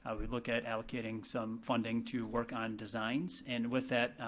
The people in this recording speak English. ah we look at allocating some funding to work on designs, and with that,